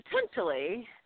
potentially